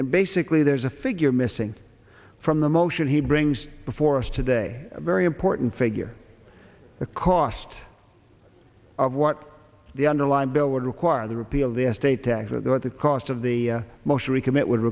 and basically there's a figure missing from the motion he brings before us today a very important figure the cost of what the underlying bill would require the repeal of the estate tax that at the cost of the motion we commit would